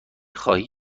خواهی